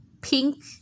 pink